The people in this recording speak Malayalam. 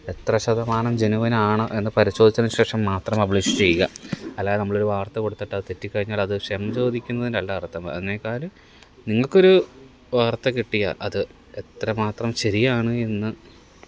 എത്ര ശതമാനം ജനുവിനാണ് എന്ന് പരിശോധിച്ചതിന് ശേഷം മാത്രം പബ്ലിഷ് ചെയ്യുക അല്ലാതെ നമ്മളൊരു വാര്ത്ത കൊടുത്തിട്ടത് തെറ്റിക്കഴിഞ്ഞാലത് ക്ഷമ ചോദിക്കുന്നതിലല്ല അര്ത്ഥം വ അതിനെക്കാല് നിങ്ങൾക്കൊരു വാര്ത്ത കിട്ടിയാല് അത് എത്രമാത്രം ശരിയാണ് എന്ന്